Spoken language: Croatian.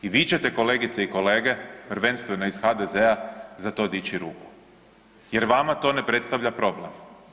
I vi ćete kolegice i kolege prvenstveno iz HDZ-a za to dići ruku jer vama to ne predstavlja problem.